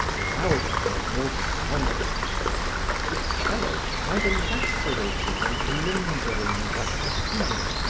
louder and more sonorous the cello by the lacerating and lingering ratafia,